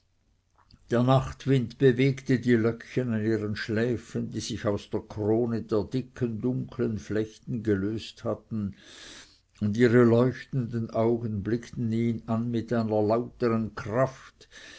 der nachtwind bewegte die löckchen an ihren schläfen die sich aus der krone der dicken dunkeln flechten gelöst hatten und ihre leuchtenden augen blickten ihn an mit einer lautern kraft